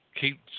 keep